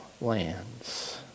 lands